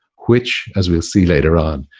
which, as we'll see later on,